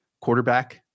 quarterback